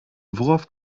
worauf